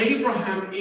Abraham